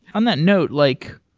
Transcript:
on that note, like